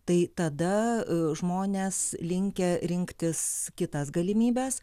tai tada žmonės linkę rinktis kitas galimybes